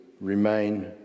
remain